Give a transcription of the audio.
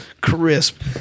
crisp